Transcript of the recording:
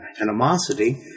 animosity